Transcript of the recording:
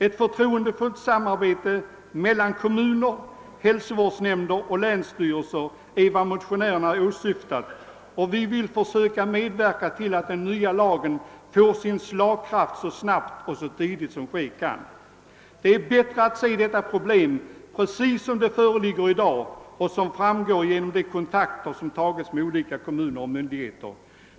Ett förtroendefullt samarbete mellan kommuner, hälsovårdsnämnder och länsstyrelser är vad motionärerna åsyftat, och vi vill försöka medverka till att den nya lagen får sin slagkraft så snabbt och så tidigt som ske kan. Det är bättre att se detta problem precis som det föreligger i dag och som framgår genom de kontakter som tagits med olika kommuner och myndigheter.